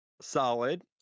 Solid